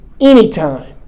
anytime